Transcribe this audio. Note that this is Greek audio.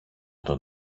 τον